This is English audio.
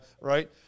right